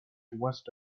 west